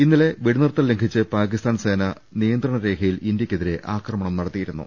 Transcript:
ഇന്നലെ വെടിനിർത്തൽ ലംഘിച്ച് പാക്കിസ്ഥാൻ സേന നിയന്ത്രണ രേഖയിൽ ഇന്ത്യക്കെതിരെ ആക്രമണം നടത്തിയിരുന്നു